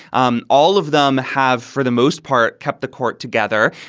um all of them have, for the most part, kept the court together.